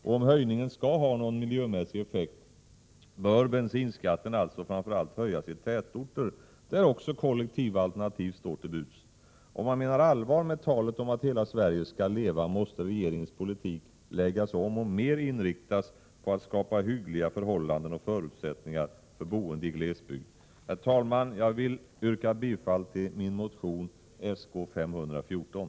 Om höjningen skall ha någon miljömässig effekt, bör bensinskatten alltså framför allt höjas i tätorter, där kollektiva alternativ står till buds. Om man menar allvar med talet om att hela Sverige skall leva, måste regeringens politik läggas om och mera inriktas på att skapa hyggliga förhållanden och förutsättningar för boende i glesbygd. Herr talman! Jag yrkar bifall till min motion Sk514.